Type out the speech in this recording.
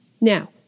Now